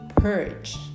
Purge